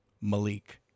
Malik